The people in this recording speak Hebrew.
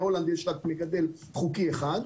בהולנד יש רק מגדל חוקי אחד,